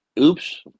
oops